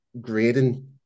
grading